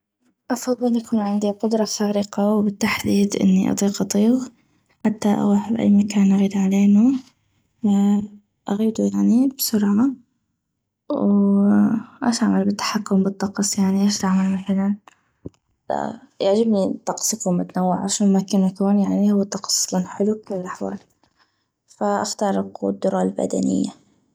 افضل يكون عندي قدرة خارقة وبالتحديد اني اطيق اطيغ حتي اغوح باي مكان اغيد علينو اغيدو يعني بسرعة و اش اعمل بالتحكم بالطقس يعني اش دعمل مثلا فيعجبني الطقس يكون متنوع اشون ما كان يكون يعني هو الطقس حلو بكل الاحوال فاختار القدرة البدنية